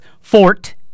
Fort